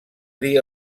dir